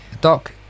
Doc